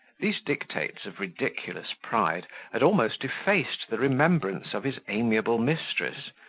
these dictates of ridiculous pride had almost effaced the remembrance of his amiable mistress,